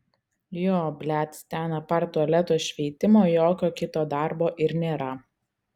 jo blet ten apart tualeto šveitimo jokio kito darbo ir nėra